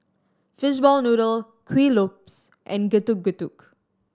fishball noodle Kuih Lopes and Getuk Getuk